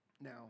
Now